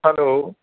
hello